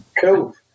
Cool